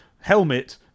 helmet